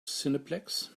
cineplex